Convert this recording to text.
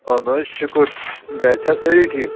اَہن حظ شُکُر گَرِ چھےٚ سٲری ٹھیٖک